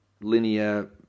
linear